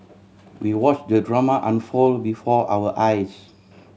we watch the drama unfold before our eyes